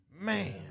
man